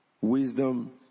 wisdom